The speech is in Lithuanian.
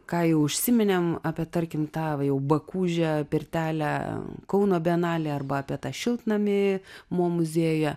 ką jau užsiminėm apie tarkim tą jau bakūžę pirtelę kauno bienalę arba apie tą šiltnamį mo muziejuje